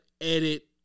edit